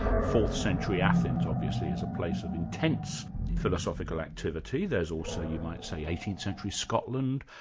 fourth century athens obviously is a place of intense philosophy activity there's also you might say, eighteenth century scotland,